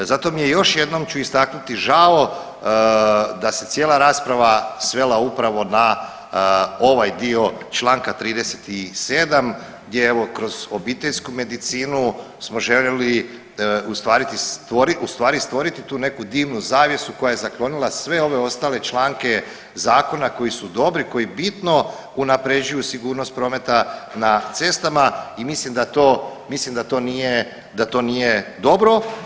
Zato mi je još jednom ću istaknuti žao da se cijela rasprava svela upravo na ovaj dio čl. 37. gdje evo kroz obiteljsku medicini ustvari stvoriti tu neku dimnu zavjesu koja je zaklonila sve ove ostale članke zakona koji su dobri, koji bitno unapređuju sigurnost prometa na cestama i mislim da to nije dobro.